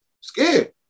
scared